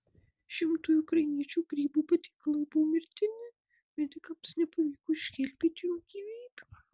šimtui ukrainiečių grybų patiekalai buvo mirtini medikams nepavyko išgelbėti jų gyvybių